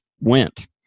went